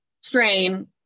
strain